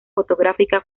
fotográfica